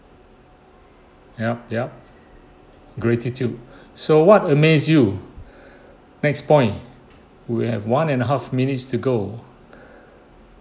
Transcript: yup yup gratitude so what amaze you next point we have one and a half minutes to go